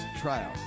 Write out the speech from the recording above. trial